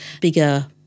bigger